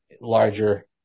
larger